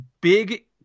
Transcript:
big